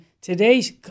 today's